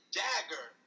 dagger